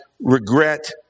regret